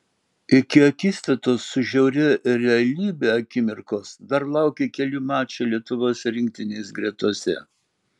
iki akistatos su žiauria realybe akimirkos dar laukė keli mačai lietuvos rinktinės gretose